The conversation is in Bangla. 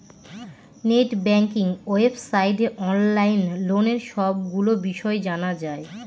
নেট ব্যাঙ্কিং ওয়েবসাইটে অনলাইন লোনের সবগুলো বিষয় জানা যায়